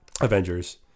Avengers